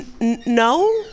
no